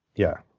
yeah.